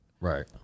Right